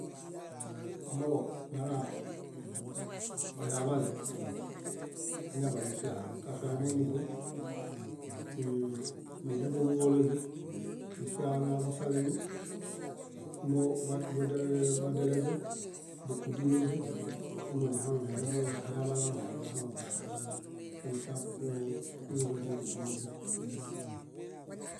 Amooġo bala oyaḃale, añaḃanifiale. Kafia móinibon? Ée- níɭeboġuḃolaźe, nifiaanoaḃosalemi, mó badialee badialeźe, kúdinuźe ímo nihuŋunileḃuini ayaḃale onaho niġahaŋuġala. Ífo nifia búkokuḃolaźe, kúdinuźe.